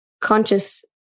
conscious